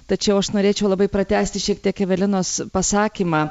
tačiau aš norėčiau labai pratęsti šiek tiek evelinos pasakymą